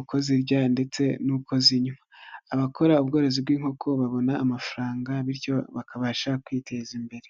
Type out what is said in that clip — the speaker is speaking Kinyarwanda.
uko zirya ndetse n'uko zinywa abakora ubworozi bw'inkoko babona amafaranga bityo bakabasha kwiteza imbere.